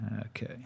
Okay